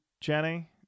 Jenny